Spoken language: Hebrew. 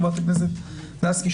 חברת הכנסת לסקי,